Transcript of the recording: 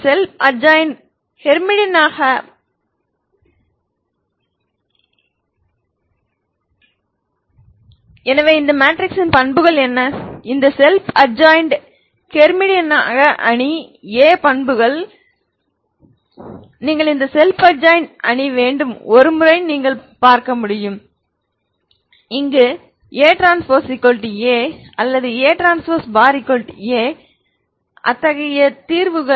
இந்த self adjoint ஹெர்மிஷனாக அணி A பண்புகள் விஷயம் நீங்கள் இந்த ஸெல்ப் அட்ஜாயின்ட் அணி வேண்டும் ஒருமுறை நீங்கள் பார்க்க முடியும் என்று வழிமுறையாக AT A அல்லது ATA